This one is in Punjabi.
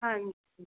ਹਾਂਜੀ